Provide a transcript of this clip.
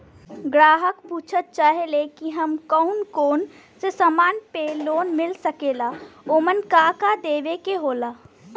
ग्राहक पुछत चाहे ले की हमे कौन कोन से समान पे लोन मील सकेला ओमन का का देवे के होला?